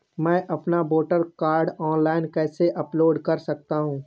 मैं अपना voter card online कैसे अपलोड कर सकता हूँ?